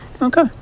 okay